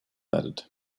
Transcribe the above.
added